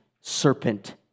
serpent